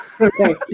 Okay